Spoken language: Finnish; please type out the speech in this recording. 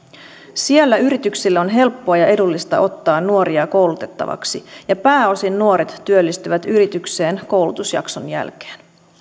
siellä yrityksille on helppoa ja edullista ottaa nuoria koulutettavaksi ja pääosin nuoret työllistyvät yritykseen koulutusjakson jälkeen